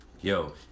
yo